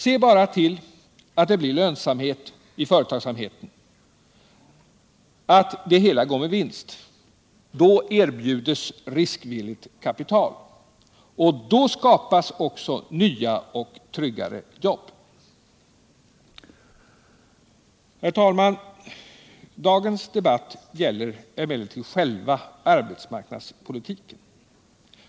Se bara till att det blir lönsamhet i företagsamheten, att det hela går med vinst, så erbjuds riskvilligt kapital. Då skapas också nya och tryggare jobb. Herr talman! Dagens debatt gäller emellertid själva arbetsmarknadspolitiken.